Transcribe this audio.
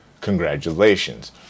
congratulations